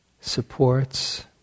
supports